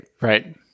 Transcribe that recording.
Right